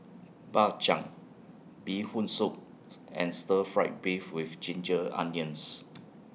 Bak Chang Bee Hoon Soup and Stir Fried Beef with Ginger Onions